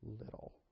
little